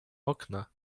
okna